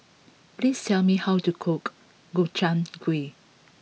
please tell me how to cook Gobchang Gui